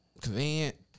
convenient